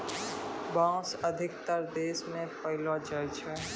बांस अधिकतर देशो म पयलो जाय छै